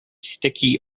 sticky